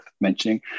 mentioning